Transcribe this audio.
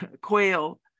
Quail